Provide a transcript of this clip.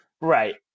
Right